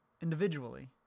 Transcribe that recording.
individually